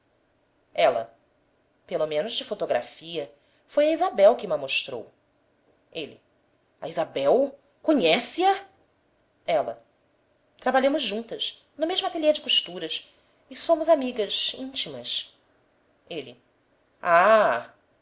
ela pelo menos de fotografia foi a isabel que ma mostrou ele a isabel conhece-a ela trabalhamos juntas no mesmo atélier de costuras e somos amigas íntimas ele ah